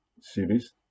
series